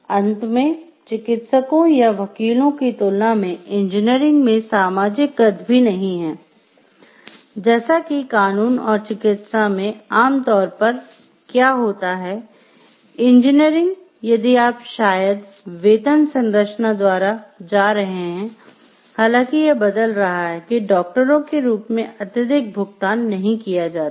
अंत में चिकित्सकों या वकीलों की तुलना मे इंजीनियरिंग में सामाजिक कद भी नहीं है जैसा कि कानून और चिकित्सा में आम तौर पर क्या होता है इंजीनियर यदि आप शायद वेतन संरचना द्वारा जा रहे हैं हालांकि यह बदल रहा है कि डॉक्टरों के रूप में अत्यधिक भुगतान नहीं किया जाता है